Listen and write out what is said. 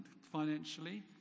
financially